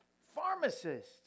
Pharmacist